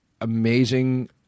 amazing